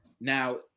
Now